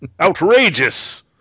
Outrageous